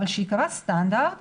אבל שייקבע סטנדרט